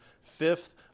Fifth